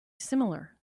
similar